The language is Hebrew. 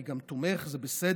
אני גם תומך, זה בסדר.